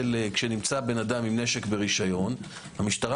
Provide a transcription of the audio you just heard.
כשנמצא בן אדם עם נשק ורישיון במקום שהמשטרה